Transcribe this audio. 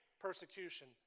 persecution